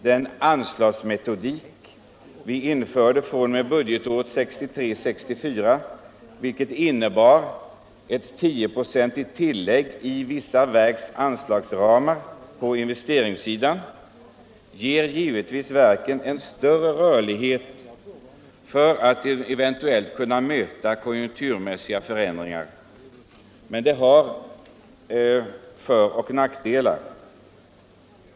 Den anslagsmetodik som vi införde fr.o.m. budgetåret 1963/64, vilken innebar ett 10-procentigt tillägg till vissa verks anslagsramar på investeringssidan, ger givetvis varken större rörlighet för att kunna möta eventuella konjunkturmässiga förändringar, men den har föroch nackdelar.